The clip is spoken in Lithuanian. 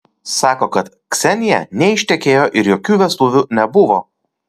sako kad ksenija neištekėjo ir jokių vestuvių nebuvo